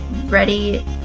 ready